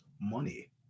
Money